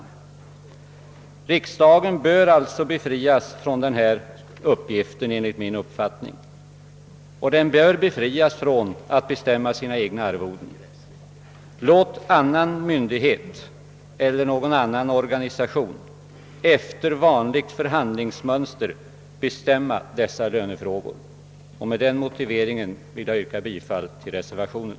Riksdagen bör alltså befrias från denna uppgift enligt min mening, och den bör befrias från att bestämma riksdagsledamöternas egna arvoden. Låt annan myndighet eller någon annan organisation efter vanligt förhandlingsmönster bestämma dessa lönefrågor. Med den nu anförda motiveringen vill jag yrka bifall till reservationen.